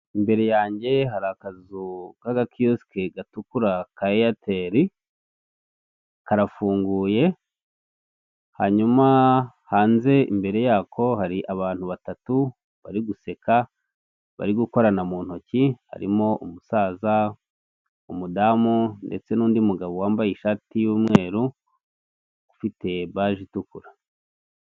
Imbere yanjye hari akazu k'aga kiyosike gatukura ka eyatari karafunguye hanyuma hanze imbere yako hari abantu batatu bari guseka, bari gukorana mu ntoki, harimo umusaza umudamu, ndetse n'undi mugabo wambaye ishati y'umweru ufite baji itukura.